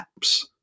apps